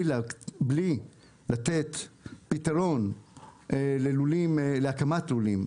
בלי לתת פתרון להקמת לולים,